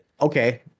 Okay